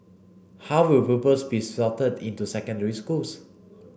how will pupils be sorted into secondary schools